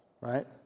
right